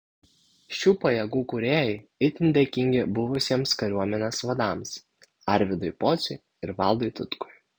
šių pajėgų kūrėjai itin dėkingi buvusiems kariuomenės vadams arvydui pociui ir valdui tutkui